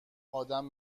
ادم